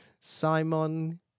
Simon